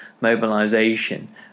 mobilisation